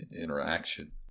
interaction